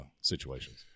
situations